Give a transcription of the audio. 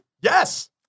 Yes